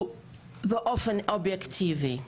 ובאופן אובייקטיבי.